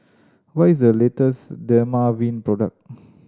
what is the latest Dermaveen product